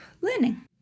learning